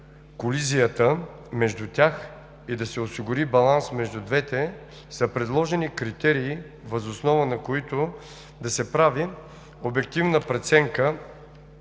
колизията между тях и да се осигури баланс между двете, са предложени критерии, въз основа на които да се прави обективна преценка